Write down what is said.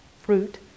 fruit